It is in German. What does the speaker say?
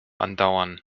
andauern